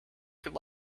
could